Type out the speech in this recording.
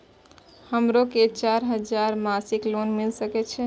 हमरो के चार हजार मासिक लोन मिल सके छे?